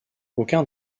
aucun